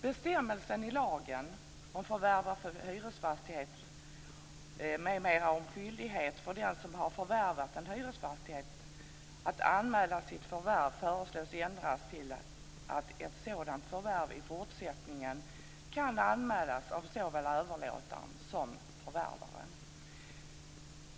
Bestämmelsen i lagen om förvärv av hyresfastighet m.m. om skyldighet för den som har förvärvat hyresfastighet att anmäla sitt förvärv föreslås ändras så att ett sådant förvärv i fortsättningen kan anmälas av såväl överlåtaren som förvärvaren.